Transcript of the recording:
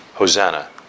Hosanna